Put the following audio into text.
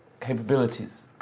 capabilities